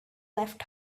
left